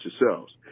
yourselves